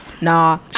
Nah